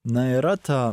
na yra ta